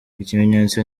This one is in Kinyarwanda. ikimenyetso